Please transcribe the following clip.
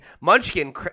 Munchkin